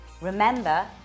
Remember